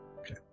Okay